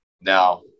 Now